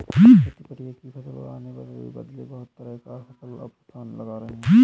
खेती पर एक ही फसल लगाने के बदले बहुत तरह का फसल अब किसान लगा रहे हैं